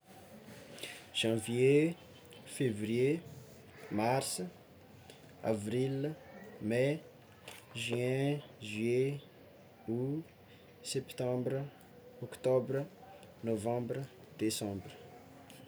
Janvie, fevrie, mars, avrila, mey, juin, juillet; aout, septembra, oktobra, novambra, desambra.